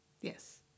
yes